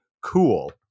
cool